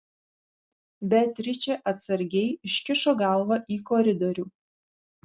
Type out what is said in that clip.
beatričė atsargiai iškišo galvą į koridorių